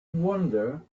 wander